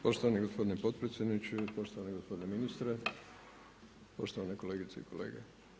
Poštovani gospodine potpredsjedniče, poštovani gospodine ministre, poštovane kolegice i kolege.